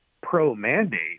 pro-mandate